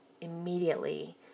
immediately